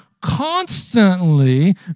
constantly